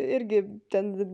irgi ten